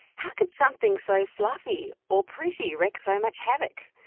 how could something so fluffy or pretty wreak so much havoc?